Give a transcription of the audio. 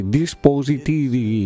dispositivi